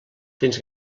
tens